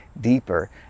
deeper